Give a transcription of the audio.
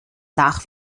nach